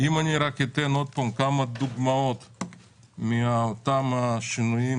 אם אני אתן כמה דוגמאות מאותם השינויים